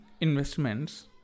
investments